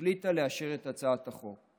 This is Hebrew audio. החליטה לאשר את הצעת החוק.